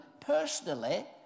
personally